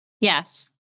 Yes